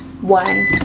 one